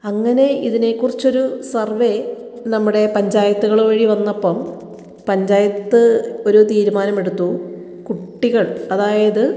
അങ്ങനെ ഇതിനെ കുറിച്ചൊരു സർവേ നമ്മുടെ പഞ്ചായത്തുകൾ വഴി വന്നപ്പം പഞ്ചായത്ത് ഒരു തീരുമാനമെടുത്തു കുട്ടികൾ അതായത്